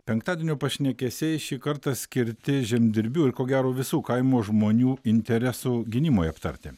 penktadienio pašnekesiai šį kartą skirti žemdirbių ir ko gero visų kaimo žmonių interesų gynimui aptarti